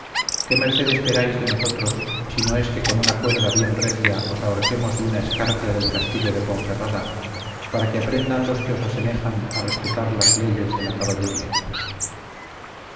qué merced esperáis de nosotros si no es que con una cuerda bien recia os ahorquemos de una escarpia del castillo de ponferrada para que aprendan los que os asemejan a respetar las leyes de la caballería